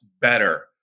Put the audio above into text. better